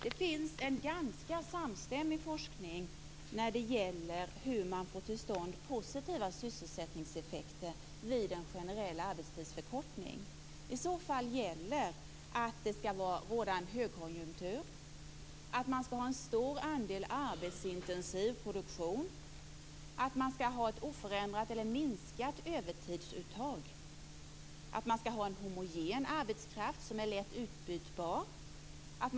Det finns en ganska samstämmig forskning när det gäller hur man får till stånd positiva sysselsättningseffekter vid en generell arbetstidsförkortning. I så fall gäller att det skall råda en högkonjunktur. Man skall ha en stor andel arbetsintensiv produktion. Man skall ha ett oförändrat eller minskat övertidsuttag. Man skall ha en homogen arbetskraft som är lätt att byta ut.